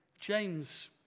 James